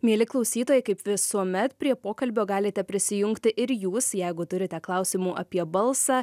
mieli klausytojai kaip visuomet prie pokalbio galite prisijungti ir jūs jeigu turite klausimų apie balsą